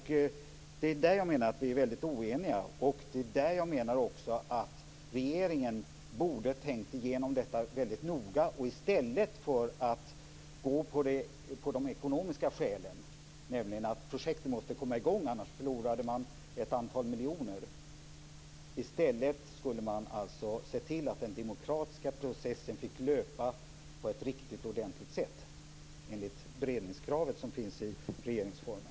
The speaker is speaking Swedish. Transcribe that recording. Det är där jag finner att vi är oeniga. Det är också där jag menar att regeringen borde ha tänkt igenom detta väldigt noga och i stället för att gå på de ekonomiska skälen, nämligen att projektet måste komma i gång för annars förlorar man ett antal miljoner, sett till att den demokratiska processen fick löpa på ett riktigt ordentligt sätt enligt det beredningskrav som finns i regeringsformen.